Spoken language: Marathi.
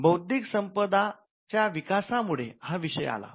बौद्धिक संपदा च्या विकासामुळे हा विषय आला